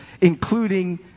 including